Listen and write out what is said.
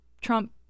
Trump